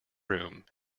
room